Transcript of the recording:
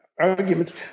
arguments